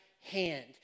hand